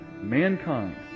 mankind